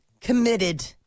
committed